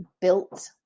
built